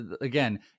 Again